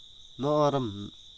नरम